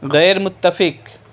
غیر منتفق